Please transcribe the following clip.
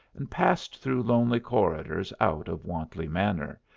and passed through lonely corridors out of wantley manor,